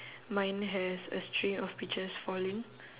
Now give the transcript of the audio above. mine has a string of peaches falling